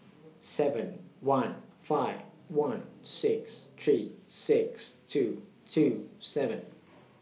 seven one five one six three six two two seven